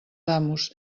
amos